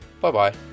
bye-bye